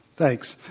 thanks.